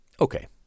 Okay